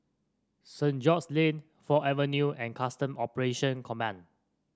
Saint George's Lane Ford Avenue and Customs Operations Command